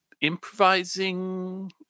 improvising